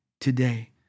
today